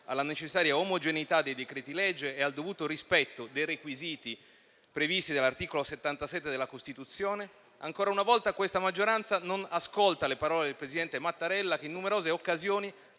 alla necessaria omogeneità dei decreti-legge e al dovuto rispetto dei requisiti previsti dall'articolo 77 della Costituzione. Ancora una volta questa maggioranza non ascolta le parole del presidente Mattarella, che in numerose occasioni